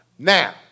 Now